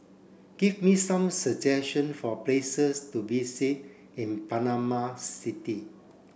give me some suggestion for places to visit in Panama City